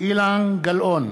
אילן גילאון,